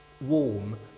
warm